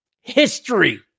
History